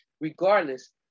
regardless